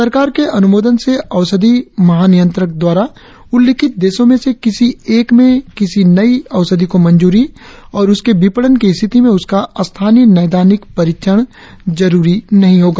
सरकार के अनुमोदन से औषधि महानियंत्रक द्वारा उल्लिखित देशों में से किसी एक में किसी नई औषधि को मंजूरी और उसके विपणन की स्थिति में उसका स्थानीय नैदानिक परीक्षण जरुरी नहीं होगा